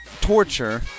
torture